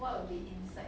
what would be inside